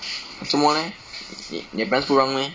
做么 leh 你你的 parents 不让 meh